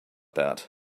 that